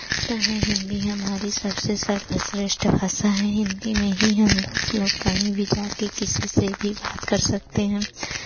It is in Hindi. ता है हिन्दी हमारी सबसे सर्वश्रेष्ठ भाषा है हिन्दी में ही हम लोग लोग कहीं भी जाके किसी से भी बात कर सकते हैं